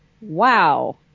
Wow